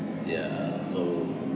ya so